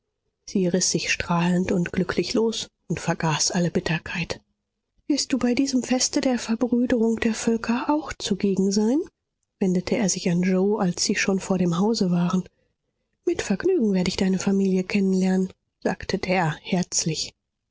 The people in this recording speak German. sie riß sich strahlend und glücklich los und vergaß alle bitterkeit wirst du bei diesem feste der verbrüderung der völker auch zugegen sein wendete er sich an yoe als sie schon vor dem hause waren mit vergnügen werde ich deine familie kennen lernen sagte der herzlich